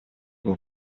был